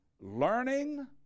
learning